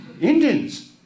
Indians